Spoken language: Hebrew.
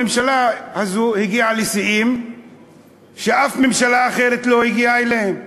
הממשלה הזאת הגיעה לשיאים שאף ממשלה אחרת לא הגיעה אליהם,